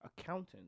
accountant